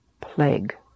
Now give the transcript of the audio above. plague